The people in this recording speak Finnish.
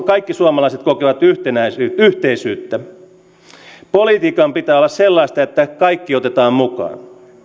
kaikki suomalaiset kokevat yhteisyyttä politiikan pitää olla sellaista että kaikki otetaan mukaan